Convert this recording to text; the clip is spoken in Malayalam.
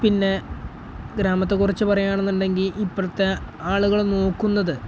പിന്നെ ഗ്രാമത്തെക്കുറിച്ച് പറയുകയാണെന്നുണ്ടെങ്കിൽ ഇപ്പോഴത്തെ ആളുകൾ നോക്കുന്നത്